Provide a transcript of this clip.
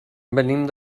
venim